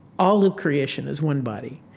all of creation is one body.